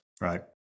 right